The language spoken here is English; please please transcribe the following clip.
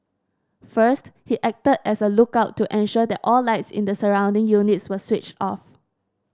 first he acted as a lookout to ensure that all lights in the surrounding units were switched off